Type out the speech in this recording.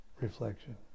reflection